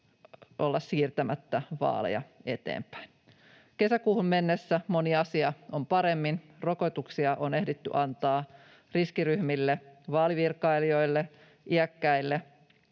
olla siirtämättä vaaleja eteenpäin. Kesäkuuhun mennessä moni asia on paremmin: rokotuksia on ehditty antaa riskiryhmille, vaalivirkailijoille, iäkkäille.